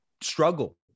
struggle